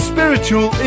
Spiritual